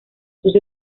sus